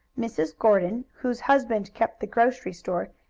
mrs. gordon, whose husband kept the grocery store,